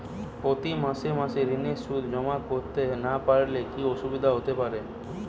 প্রতি মাসে মাসে ঋণের সুদ জমা করতে না পারলে কি অসুবিধা হতে পারে?